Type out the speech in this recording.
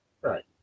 right